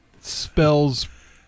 spells